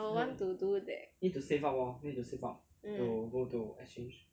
I will want to do that mm